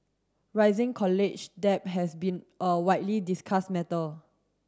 rising college debt has been a widely discussed matter